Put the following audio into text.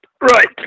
right